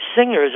singers